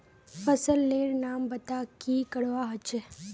फसल लेर नाम बता की करवा होचे?